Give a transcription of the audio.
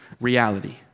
reality